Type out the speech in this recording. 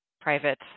private